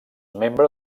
membre